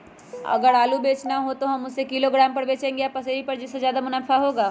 आलू अगर बेचना हो तो हम उससे किलोग्राम पर बचेंगे या पसेरी पर जिससे ज्यादा मुनाफा होगा?